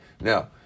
Now